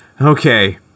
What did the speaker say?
Okay